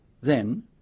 Then